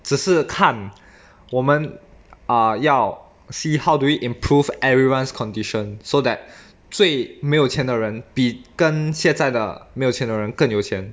只是看我们 uh 要 see how do we improve everyone's condition so that 最没有钱的人比跟现在的没有钱的人更有钱